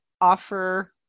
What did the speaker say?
offer